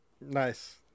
Nice